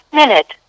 minute